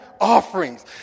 offerings